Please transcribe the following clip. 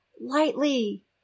lightly